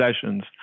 sessions